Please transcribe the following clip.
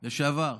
לשעבר.